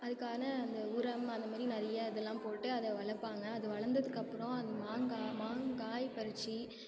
அதுக்கான அந்த உரம் அந்த மாதிரி நிறைய இதெல்லாம் போட்டு அதை வளர்ப்பாங்க அது வளர்ந்ததுக்கப்பறம் அது மாங்காய் மாங்காய் பறித்து